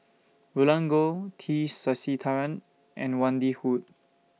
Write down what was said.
Roland Goh T Sasitharan and Wendy Hutton